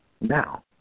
now